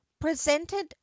presented